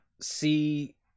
see